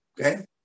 okay